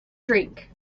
drink